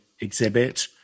exhibit